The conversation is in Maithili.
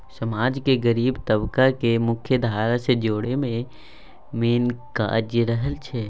समाज केर गरीब तबका केँ मुख्यधारा सँ जोड़ब मेन काज रहय छै